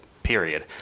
period